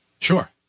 Sure